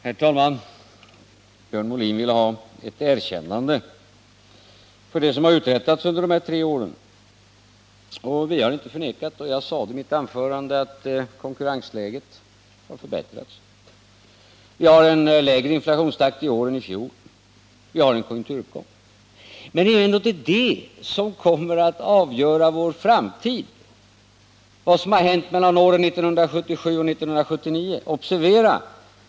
Herr talman! Björn Molin ville ha ett erkännande för det som har uträttats under de tre borgerliga regeringsåren. Jag sade i mitt anförande att konkurrensläget har förbättrats, att vi har en lägre inflationstakt i år än i fjol och att vi har en konjunkturuppgång. Men det är ändå inte det som har hänt mellan åren 1977 och 1979 som kommer att avgöra vår framtid.